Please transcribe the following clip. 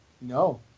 No